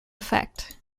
effect